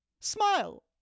Smile